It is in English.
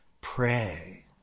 pray